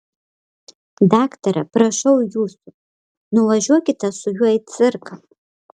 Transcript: daktare prašau jūsų nuvažiuokite su juo į cirką